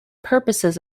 purposes